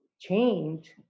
change